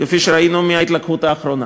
כפי שראינו בהתלקחות האחרונה.